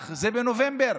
זה היה בנובמבר,